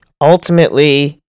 ultimately